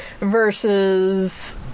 versus